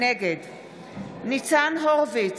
נגד ניצן הורוביץ,